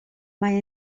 mae